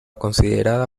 considerada